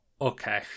okay